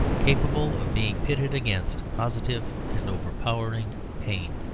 capable of being pitted against positive and overpowering pain.